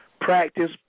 Practice